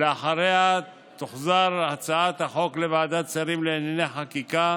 שלאחריה תוחזר הצעת החוק לוועדת שרים לענייני חקיקה